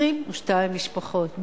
22 משפחות.